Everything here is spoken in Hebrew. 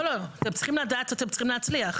לא לא, אתם צריכים לדעת שאתם צריכים להצליח.